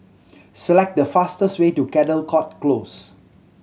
select the fastest way to Caldecott Close